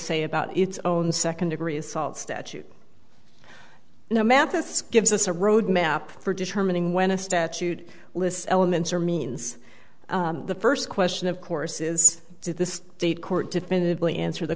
say about its own second degree assault statute no math gives us a road map for determining when a statute lists elements or means the first question of course is did the state court definitively answer the